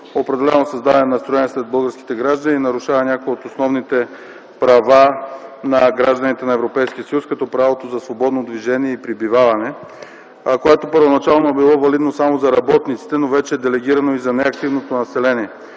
определено създаде настроения сред българските граждани и нарушава някои от основните права на гражданите на Европейския съюз като правото за свободно движение и пребиваване. Това първоначално е било валидно само за работниците, но вече е делегирано и за неактивното население,